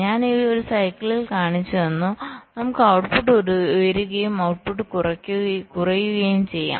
ഞാൻ ഒരു സൈക്കിളിൽ കാണിച്ചുതന്നു നമുക്ക് ഔട്ട്പുട്ട് ഉയരുകയും ഔട്ട്പുട്ട് കുറയുകയും ചെയ്യാം